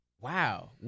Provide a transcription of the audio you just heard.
wow